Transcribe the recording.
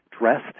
dressed